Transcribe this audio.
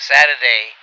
Saturday